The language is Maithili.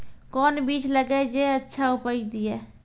कोंन बीज लगैय जे अच्छा उपज दिये?